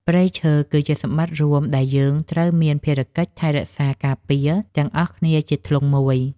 ព្រៃឈើ គឺជាសម្បត្តិរួមដែលយើងត្រូវមានភារកិច្ចថែរក្សាការពារទាំងអស់គ្នាជាធ្លុងមួយ។